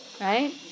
right